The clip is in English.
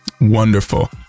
Wonderful